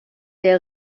der